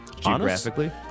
geographically